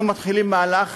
אנחנו מתחילים מהלך